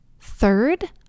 Third